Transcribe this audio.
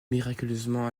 miraculeusement